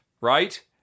right